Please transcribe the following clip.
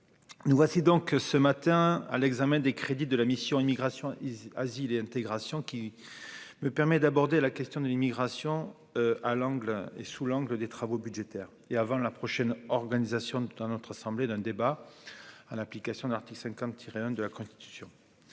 nous voici donc ce matin à l'examen des crédits de la mission Immigration, asile et intégration qui me permet d'aborder la question de l'immigration, à l'angle et sous l'angle des travaux budgétaires et avant la prochaine organisation de temps notre assemblée d'un débat à l'application de l'article 50 de la Constitution,